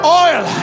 oil